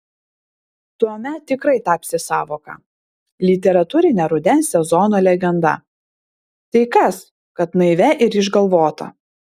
tuomet tikrai tapsi sąvoka literatūrine rudens sezono legenda tai kas kad naivia ir išgalvota